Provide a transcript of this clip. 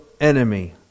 enemy